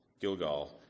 Gilgal